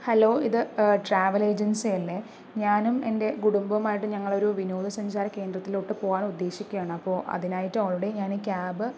hello ഇത് travel agency അല്ലേ ഞാനും എൻ്റെ കുടുംബവുമായിട്ട് ഞങ്ങളൊരു വിനോദ സഞ്ചാര കേന്ദ്രത്തിലോട്ട് പോവാൻ ഉദ്ദേശിക്കുകയാണ് അപ്പോൾ അതിനായിട്ട് ആൾറെഡി ഞാൻ ക്യാബ്